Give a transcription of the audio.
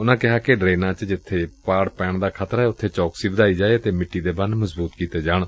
ਉਨੂਾਂ ਕਿਹਾ ਕਿ ਡਰੇਨਾਂ ਚ ਜਿੱਬੇ ਪਾਤ ਪੈਣ ਦਾ ਖਤਰਾ ਏ ਉਬੇ ਚੌਕਸੀ ਵਧਾਈ ਜਾਏ ਅਤੇ ਮਿੱਟੀ ਦੇ ਬੰਨੁ ਮਜ਼ਬੂਤ ਕੀਤੇ ਜਾਣ